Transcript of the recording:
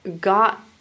got